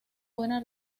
buena